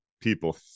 people